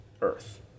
Earth